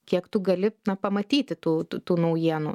kiek tu gali pamatyti tų tų naujienų